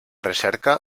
recerca